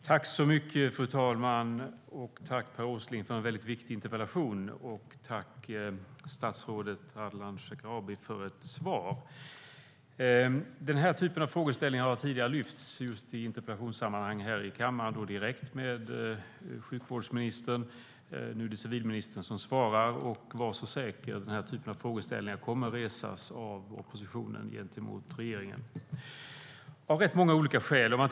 Fru talman! Tack, Per Åsling, för en väldigt viktig interpellation! Och tack, statsrådet Ardalan Shekarabi, för svaret! Den här typen av frågeställningar har tidigare lyfts i interpellationssammanhang här i kammaren och också direkt med sjukvårdsministern. Nu är det civilministern som svarar, och man kan vara säker på att den här typen av frågeställningar kommer att resas av oppositionen, och detta av många olika skäl.